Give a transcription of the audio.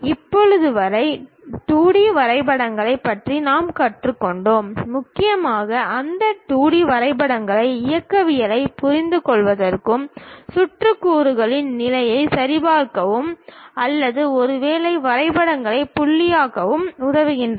இப்போது வரை 2 டி வரைபடங்களைப் பற்றி நாம் கற்றுக்கொண்டோம் முக்கியமாக அந்த 2 டி வரைபடங்கள் இயக்கவியலைப் புரிந்துகொள்வதற்கும் சுற்று கூறுகளின் நிலையை சரிபார்க்கவும் அல்லது ஒருவேளை வரைபடங்களின் புள்ளியாகவும் உதவுகின்றன